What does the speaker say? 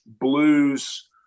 blues